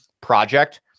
project